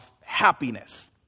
happiness